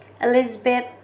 Elizabeth